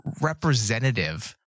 representative